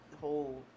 whole